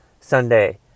Sunday